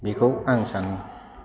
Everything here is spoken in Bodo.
बेखौ आं सानो